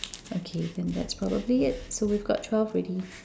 okay then that's probably it so we got twelve already